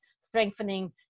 strengthening